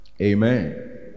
Amen